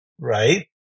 right